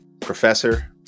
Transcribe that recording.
professor